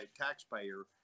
taxpayer